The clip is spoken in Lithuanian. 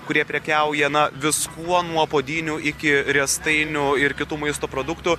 kurie prekiauja na viskuo nuo puodynių iki riestainių ir kitų maisto produktų